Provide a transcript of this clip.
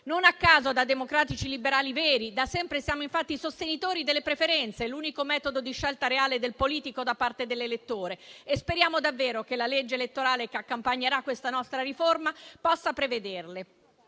Non a caso, da democratici liberali veri, da sempre siamo sostenitori delle preferenze, l'unico metodo di scelta reale del politico da parte dell'elettore, e speriamo davvero che la legge elettorale che accompagnerà questa nostra riforma possa prevederle.